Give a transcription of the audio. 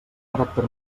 caràcter